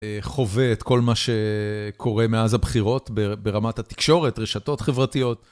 חווה את כל מה שקורה מאז הבחירות ברמת התקשורת, רשתות חברתיות.